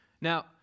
Now